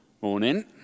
Morning